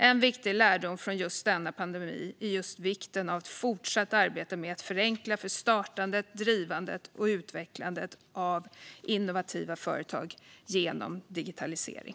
En viktig lärdom från denna pandemi är just vikten av ett fortsatt arbete med att förenkla startandet, drivandet och utvecklandet av innovativa företag genom digitalisering.